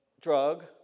drug